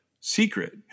secret